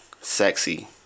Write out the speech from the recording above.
Sexy